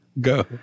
Go